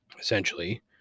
essentially